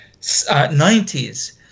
90s